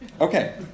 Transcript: Okay